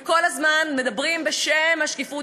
וכל הזמן מדברים בשם השקיפות,